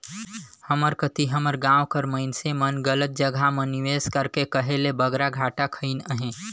हमर कती हमर गाँव कर मइनसे मन गलत जगहा म निवेस करके कहे ले बगरा घाटा खइन अहें